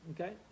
Okay